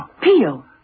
Peel